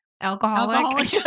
Alcoholic